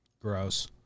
Gross